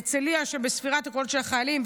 הרצליה בספירת הקולות של החיילים,